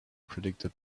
predicted